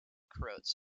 croats